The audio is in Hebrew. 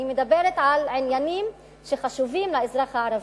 אני מדברת על עניינים שחשובים לאזרח הערבי.